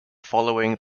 following